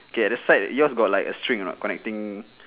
okay at the side yours got like a string or not connecting